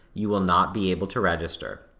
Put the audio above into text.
you will not be able to register,